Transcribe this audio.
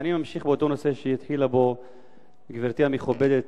אני ממשיך בנושא שהתחילה בו גברתי המכובדת,